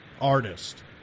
artist